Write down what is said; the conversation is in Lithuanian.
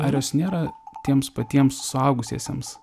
ar jos nėra tiems patiems suaugusiesiems